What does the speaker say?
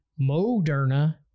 Moderna